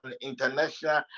international